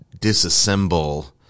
disassemble